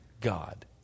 God